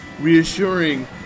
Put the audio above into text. reassuring